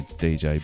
dj